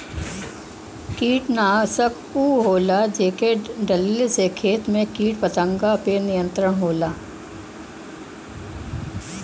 कीटनाशक उ होला जेके डलले से खेत में कीट पतंगा पे नियंत्रण होला